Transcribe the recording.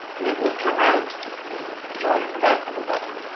and it will come round join in the back with a button